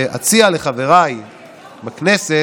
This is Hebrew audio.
ואציע גם לחבריי בכנסת